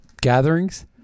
gatherings